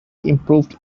improved